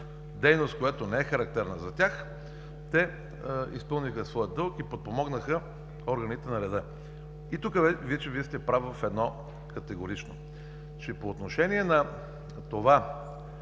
дейност, която не е характерна за тях, изпълниха своя дълг и подпомогнаха органите на реда. И тук вече Вие сте прав в едно категорично – по отношение на това